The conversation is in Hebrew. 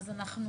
אז אנחנו